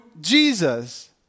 Jesus